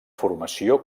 formació